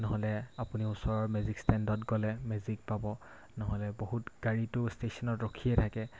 নহ'লে আপুনি ওচৰৰ মেজিক ষ্টেণ্ডত গ'লে মেজিক পাব নহ'লে বহুত গাড়ীটো ষ্টেচনত ৰখিয়ে থাকে